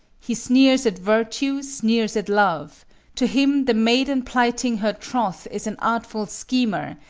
he sneers at virtue, sneers at love to him the maiden plighting her troth is an artful schemer,